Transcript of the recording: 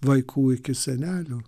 vaikų iki senelių